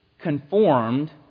conformed